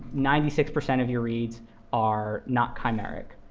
ninety six percent of your reads are not chimeric.